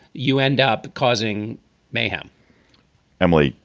you end up causing mayhem emily,